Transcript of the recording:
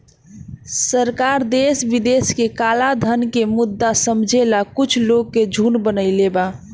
सरकार देश विदेश के कलाधन के मुद्दा समझेला कुछ लोग के झुंड बनईले बा